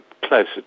closer